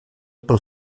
pel